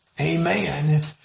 amen